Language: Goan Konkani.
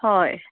हय